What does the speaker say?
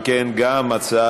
אם כן, גם ההצעה